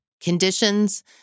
conditions